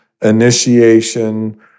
initiation